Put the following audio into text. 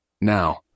Now